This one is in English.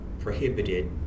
prohibited